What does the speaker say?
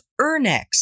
Ernex